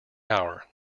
hour